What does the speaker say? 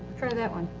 heard that one.